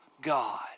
God